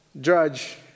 judge